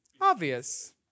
Obvious